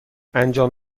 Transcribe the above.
انجام